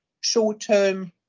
short-term